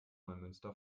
neumünster